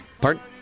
Pardon